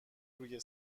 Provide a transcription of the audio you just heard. روی